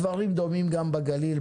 הדברים דומים גם בגליל.